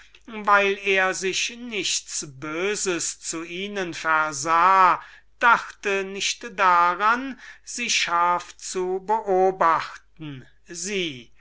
weil er sich nichts böses zu ihnen versah nicht daran dachte sie scharf zu beobachten und daß sie